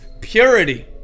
purity